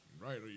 Right